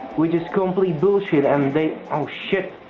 which is complete bullshit, and they, oh shit.